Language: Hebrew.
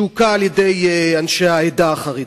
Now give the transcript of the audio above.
שהוכה על-ידי אנשי העדה החרדית.